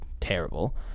terrible